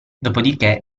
dopodiché